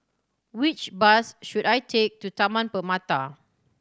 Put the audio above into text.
which bus should I take to Taman Permata